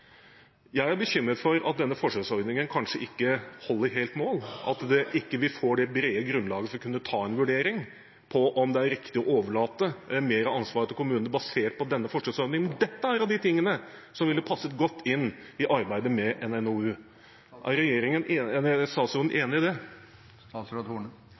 Jeg er bekymret for at denne forsøksordningen kanskje ikke holder helt mål, at vi ikke får det brede grunnlaget for å kunne ta en vurdering av om det er riktig å overlate mer ansvar til kommunene basert på denne forsøksordningen. Dette er av de tingene som ville passet godt inn i arbeidet med en NOU. Er statsråden